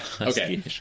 Okay